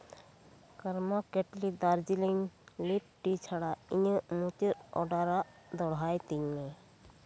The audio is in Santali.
ᱠᱟᱨᱢᱚ ᱠᱮᱴᱞᱤ ᱫᱟᱨᱡᱤᱞᱤᱝ ᱞᱤᱯᱷ ᱴᱤ ᱪᱷᱟᱲᱟ ᱤᱧᱟᱹᱜ ᱢᱩᱪᱟᱹᱫ ᱚᱰᱟᱨᱟᱜ ᱫᱚᱦᱲᱟᱭ ᱛᱤᱧ ᱢᱮ